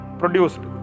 produced